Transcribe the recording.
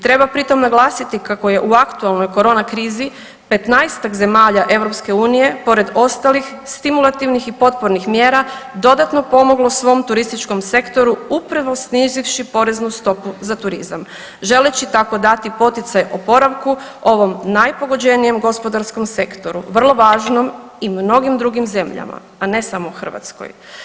Treba pri tom naglasiti kako je u aktualnoj korona krizi 15-tak zemalja EU pored ostalih stimulativnih i potpornih mjera dodatno pomoglo svom turističkom sektoru upravo snizivši poreznu stopu za turizam želeći tako dati poticaj oporavku ovom najpogođenijem gospodarskom sektoru vrlo važnom i mnogim drugim zemljama, a ne samo Hrvatskoj.